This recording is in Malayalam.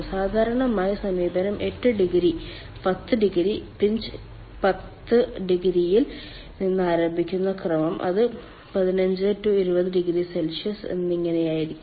സാധാരണയായി സമീപനം 8 ഡിഗ്രി 10 ഡിഗ്രി പിഞ്ച് 10 ഡിഗ്രിയിൽ നിന്ന് ആരംഭിക്കുന്ന ക്രമം അത് 15 20oC എന്നിങ്ങനെയാകാം